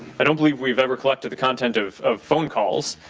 i don't believe we've ever collected the content of of phone calls.